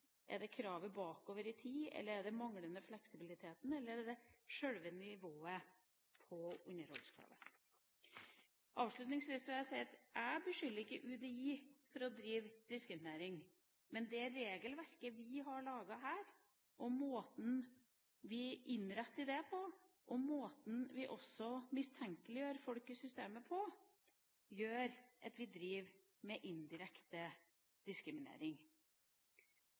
er for strengt i dagens system: Er det kravet bakover i tid, er det den manglende fleksibiliteten, eller er det sjølve nivået på underholdskravet? Avslutningsvis vil jeg si at jeg ikke beskylder UDI for å drive diskriminering, men det regelverket vi har laget her, og måten vi innretter det på, og måten vi også mistenkeliggjør folk i systemet på, gjør at vi driver med indirekte diskriminering.